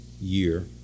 year